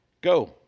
Go